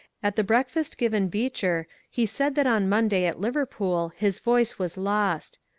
at the breakfast given beecher he said that on monday at liverpool his voice was lost.